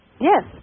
Yes